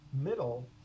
middle